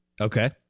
Okay